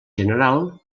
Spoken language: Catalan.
general